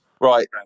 Right